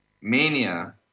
Mania